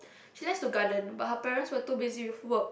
she likes to garden but her parents were to busy with work